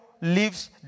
lives